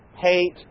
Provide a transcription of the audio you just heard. hate